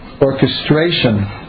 orchestration